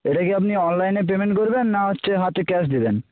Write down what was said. এটা কি আপনি অনলাইনে পেমেন্ট করবেন না হচ্ছে হাতে ক্যাশ দেবেন